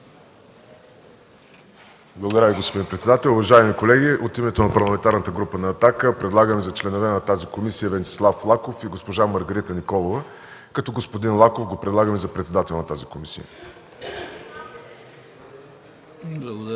Благодаря Ви, господин председател. Уважаеми колеги, от името на Парламентарната група на „Атака” предлагаме за членове на тази комисия Венцислав Лаков и госпожа Маргарита Николова, като предлагаме господин Лаков за председател на тази комисия. (Шум